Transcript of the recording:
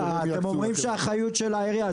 אתם אומרים שהאחריות של העירייה,